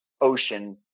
ocean